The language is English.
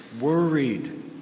worried